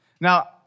Now